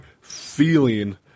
feeling